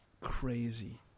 crazy